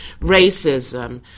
racism